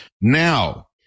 now